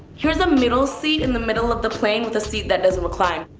here's a middle seat in the middle of the plane with a seat that doesn't recline.